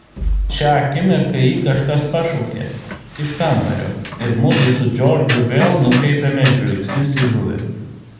šią akimirką jį kažkas pašaukė iš kambario ir mudu su džordžu vėl nukreipėme žvilgsnius į žuvį